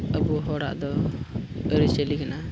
ᱟᱵᱚ ᱦᱚᱲᱟᱜ ᱫᱚ ᱟᱹᱨᱤᱪᱟᱹᱞᱤ ᱠᱟᱱᱟ